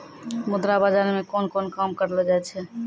मुद्रा बाजार मे कोन कोन काम करलो जाय छै